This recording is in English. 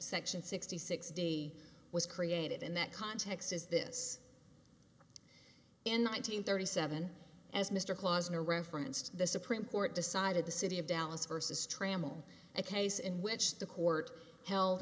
section sixty six d was created in that context is this in one nine hundred thirty seven as mr clause in a reference to the supreme court decided the city of dallas versus trammell a case in which the court held